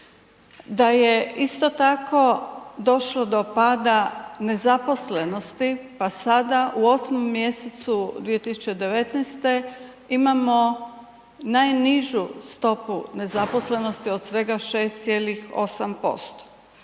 da je isto tako došlo do pada nezaposlenosti pa sada u 8. mjesecu 2019. imamo najnižu stopu nezaposlenosti od svega 6,8%.